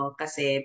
kasi